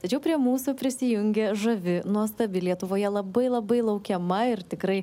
tačiau prie mūsų prisijungė žavi nuostabi lietuvoje labai labai laukiama ir tikrai